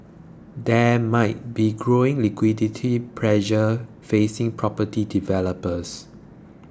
there might be growing liquidity pressure facing property developers